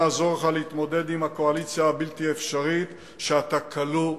נעזור לך להתמודד עם הקואליציה הבלתי-אפשרית שאתה כלוא בתוכה.